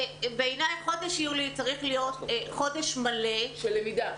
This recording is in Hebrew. בעיניי, חודש יולי צריך להיות חודש מלא של למידה.